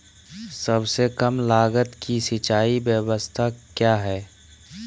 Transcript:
सबसे कम लगत की सिंचाई ब्यास्ता क्या है?